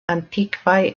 antikvaj